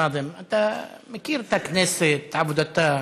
נאזם, אתה מכיר את הכנסת, את עבודתה,